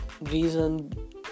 reason